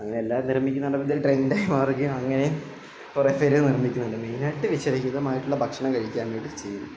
അങ്ങനെ എല്ലാം നിർമ്മിക്കുന്നുണ്ട് പുതിയ ട്രെൻഡായി മാറുകയും അങ്ങനെ കുറെ പേര് നിർമ്മിക്കുന്നുണ്ട് മെയിനായിട്ട് വിഷരഹിതമായിട്ടുള്ള ഭക്ഷണം കഴിക്കാൻ വേണ്ടിചെയ്യുന്നു